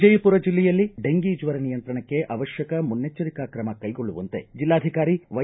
ವಿಜಯಪುರ ಜಿಲ್ಲೆಯಲ್ಲಿ ಡೆಂಫಿ ಜ್ವರ ನಿಯಂತ್ರಣಕ್ಕೆ ಅವಶ್ವಕ ಮುನ್ನೆಚ್ಚರಿಕಾ ಕ್ರಮ ಕೈಗೊಳ್ಳುವಂತೆ ಜಿಲ್ಲಾಧಿಕಾರಿ ವ್ಯೆ